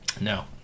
no